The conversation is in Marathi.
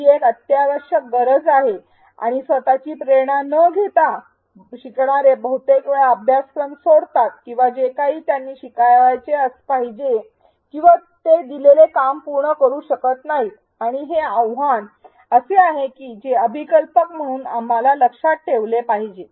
ही एक अत्यावश्यक गरज आहे आणि स्वत ची प्रेरणा न घेता शिकणारे बहुतेक वेळा अभ्यासक्रम सोडतात किंवा जे काही त्यांनी शिकायला पाहिजे आहे किंवा ते दिलेले काम पूर्ण करू शकत नाहीत आणि हे आव्हान असे आहे जे अभिकल्पक म्हणून आम्हाला लक्षात ठेवले पाहिजे